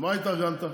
מה התארגנת?